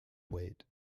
wait